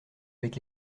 avec